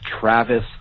travis